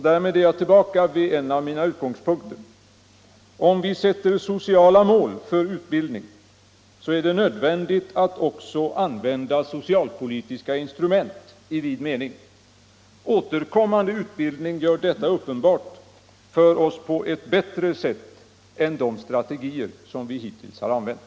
Därmed är jag tillbaka vid en av mina utgångspunkter: om vi sätter sociala mål för utbildning är det nödvändigt att också använda socialpolitiska instrument i vid mening. Återkommande utbildning gör detta uppenbart för oss bättre än de strategier vi hittills använt.